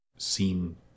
seen